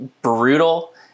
brutal